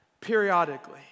periodically